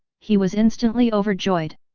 he was instantly overjoyed.